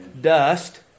dust